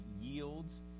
yields